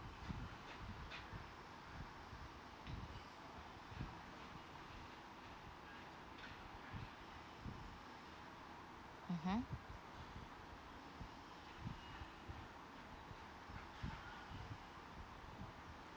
mmhmm